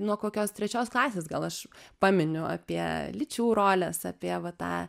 nuo kokios trečios klasės gal aš paminiu apie lyčių roles apie va tą